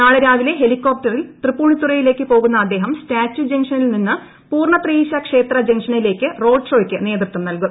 നാളെ രാവിലെ ഹെലികോപ്റ്ററിൽ തൃപ്പൂണിത്തുറയിലേക്ക് പോകുന്ന അദ്ദേഹം സ്റ്റാച്യു ജങ്ഷനിൽ നിന്ന് പൂർണത്രയീശ ക്ഷേത്ര ജംഗ്ഷനിലേക്ക് റോഡ് ഷോയ്ക്ക് നേതൃത്വം നൽകും